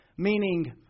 Meaning